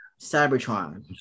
Cybertron